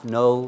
no